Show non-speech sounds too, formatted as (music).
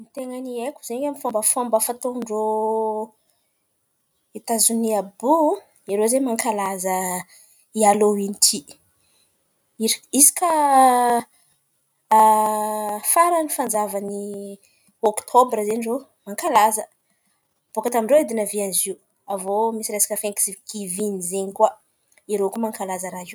Ten̈a haiko zen̈y fômbafômban-drô Etazonia àby io, irô ze mankalaza alôinin-ty. Ir- isaka (hesitation) faran’ny fanjavan’ny ôktôbra zen̈y irô mankalaza. Boaka tamin-drô edy niavin’izy io. Avô misy resaka fainksy givina zen̈y koa. Irô koa mankalaza raha io.